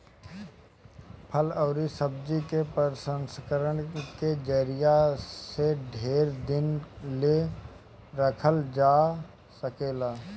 फल अउरी सब्जी के प्रसंस्करण के जरिया से ढेर दिन ले रखल जा सकेला